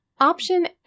option